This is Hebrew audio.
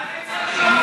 נכון,